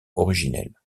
originel